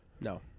No